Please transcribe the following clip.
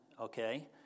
okay